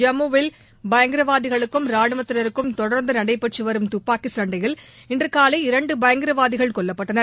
ஜம்மு வில் பயங்கரவாதிகளுக்கும் ரானுவத்தினருக்கும் தொடர்ந்து நடைபெற்று வரும் துப்பாக்கி சண்டையில் இன்று காலை இரண்டு பயங்கரவாதிகள் கொல்லப்பட்டனர்